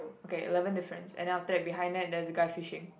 okay eleven difference and then after that behind that there's a guy fishing